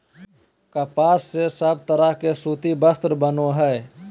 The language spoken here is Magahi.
कपास से सब तरह के सूती वस्त्र बनय हय